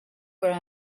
were